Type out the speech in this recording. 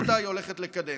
ואותה היא הולכת לקדם.